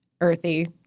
earthy